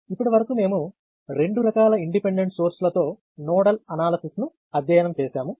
ఇప్పటి వరకు మేము రెండు రకాల ఇండిపెండెంట్ సోర్స్ లతో నోడల్ అనాలసిస్ ను అధ్యయనం చేసాము